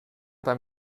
beim